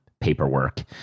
paperwork